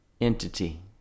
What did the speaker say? entity